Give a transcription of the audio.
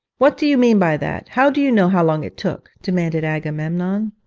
what do you mean by that? how do you know how long it took demanded agamemnon.